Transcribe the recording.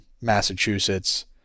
Massachusetts